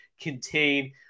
contain